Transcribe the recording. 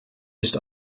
ist